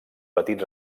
petit